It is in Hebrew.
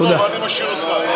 תתרכז בהצבעה.